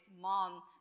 mom